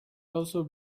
also